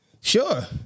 Sure